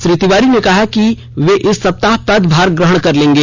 श्री तिवारी ने कहा है कि वे इस सप्ताह पदभार ग्रहण करेंगे